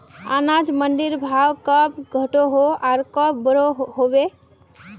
अनाज मंडीर भाव कब घटोहो आर कब बढ़ो होबे?